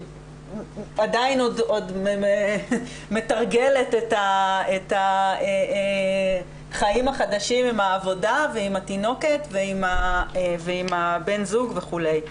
שעדיין מתרגלת את החיים החדשים עם העבודה ועם התינוקת ועם בן הזוג וכו'.